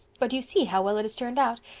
but you see how well it has turned out.